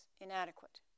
inadequate